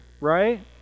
right